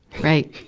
right,